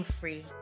free